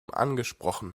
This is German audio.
angesprochen